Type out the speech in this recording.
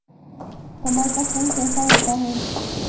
कमल का फूल कैसा होता है?